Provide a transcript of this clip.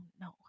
no